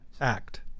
Act